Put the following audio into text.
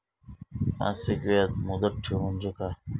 मासिक याज मुदत ठेव म्हणजे काय?